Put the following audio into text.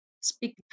speak